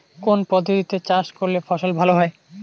কোন পদ্ধতিতে চাষ করলে ফসল ভালো হয়?